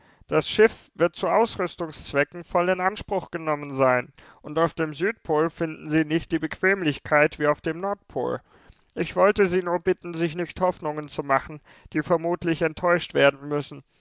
das schiff wird zu ausrüstungszwecken voll in anspruch genommen sein und auf dem südpol finden sie nicht die bequemlichkeit wie auf dem nordpol ich wollte sie nur bitten sich nicht hoffnungen zu machen die vermutlich enttäuscht werden müssen